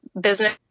business